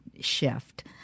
shift